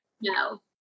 no